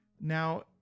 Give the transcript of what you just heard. Now